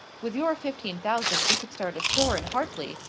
with your fifteen thousand we could start a store in hartley,